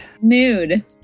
Mood